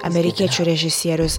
amerikiečių režisierius